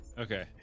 Okay